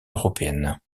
européennes